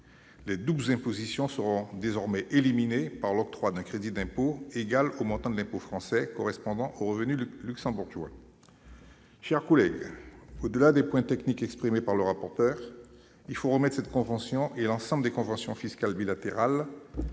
Les doubles impositions seront désormais éliminées grâce à l'octroi d'un crédit d'impôt égal au montant de l'impôt français correspondant aux revenus luxembourgeois. Mes chers collègues, au-delà des points techniques exposés par le rapporteur, il faut remettre cette convention, ainsi que l'ensemble des conventions fiscales bilatérales